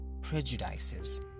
prejudices